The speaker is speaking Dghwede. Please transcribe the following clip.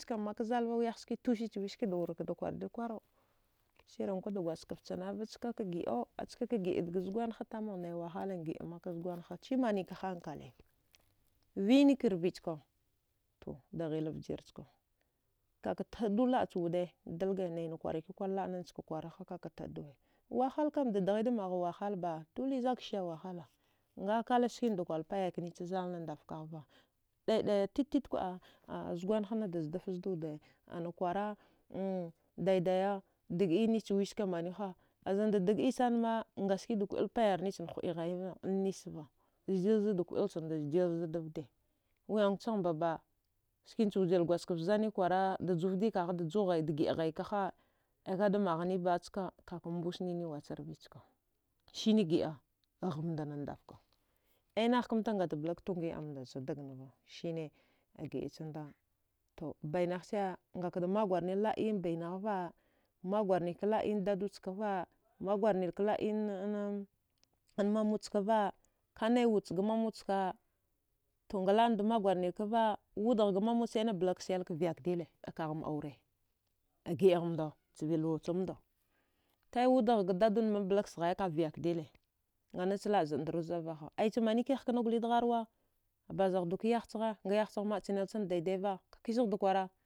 Chka mak zalva wiyahska tusichwi skada makda kwardir kwaru sirankwad gwadjgaft chana vaskak ghiəau askaka giəa dga zgwanha tama naiwahalan giəamak zgwanha chimanika hankale vainika rvichka to daghila vgirchka kakataədu lachude dalge naina kwarakikwar laənanchak kwara ha kakataəduwa wahalkam da dghaida magha wahalba ngakalach skinada dakwal payaknichzalna ndavkaghva daidai titikwa a zugwanhana da zdaf zda wuda nakwara daidaya dagəi nich wiske maniwha azanda dagəi sanima ngaskida kuəad payarnichan ghuəighaiva annisva zdilzada kuəanjanda zdilza wuəagchagh mbaba skinacha wujil gwadjgaft zani kwara dajuvdikaghada giəaghaikaha aikada maghanniba ska kakambusnini wacharvichka sine giəa ghamdana ndazka ainahkamta atablak tunghi amdach dagnava sine agiɗa chamda to bainaghche ngakada magwarni la. ayin bainaghva magwarnika la. iyan dadud chkava magwarnika la. iyan mamudchkava kanaiwudchga mamudchka to ngalaənada maguwarnil kava wudaghda mamud sane blakselka vyakdele akagham aure agiəagh mda chviluwachamda ai wudaghga dadudma kablak sghaika vyak dele nganachlaə zaəndruzəava ha ayacha manikihakana gole dgharwa abazaghdoka yahchagh ayahchagh ma chanel chna daidaidava kizaghda kwara.